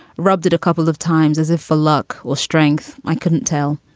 rubbed it a couple of times, as if for luck or strength i couldn't tell.